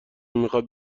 میخواد